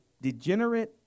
degenerate